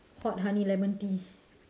hot honey lemon tea